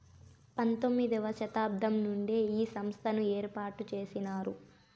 పంతొమ్మిది వ శతాబ్దం నుండే ఈ సంస్థను ఏర్పాటు చేసినారు